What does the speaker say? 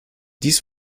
dies